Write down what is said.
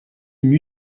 une